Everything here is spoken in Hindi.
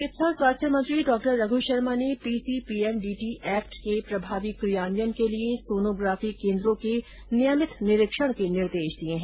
चिकित्सा और स्वास्थ्य मंत्री डॉ रघ् शर्मा ने पीसीपीएनडीटी एक्ट के प्रभावी क्रियान्वयन के लिए सोनोग्राफी केन्द्रों के नियमित निरीक्षण के निर्देश दिये हैं